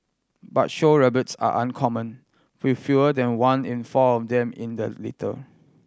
but show rabbits are uncommon with fewer than one in four of them in the litter